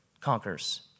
conquers